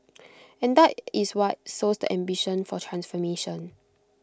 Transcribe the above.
and that is what sows the ambition for transformation